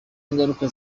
ngaruka